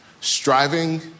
Striving